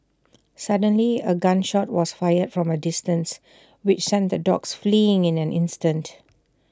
suddenly A gun shot was fired from A distance which sent the dogs fleeing in an instant